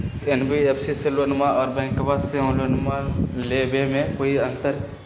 NBFC से लोनमा आर बैंकबा से लोनमा ले बे में कोइ अंतर?